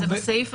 נכון, זה בהמשך.